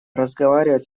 разговаривать